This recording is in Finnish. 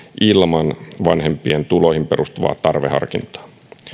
ilman vanhempien tuloihin perustuvaa tarveharkintaa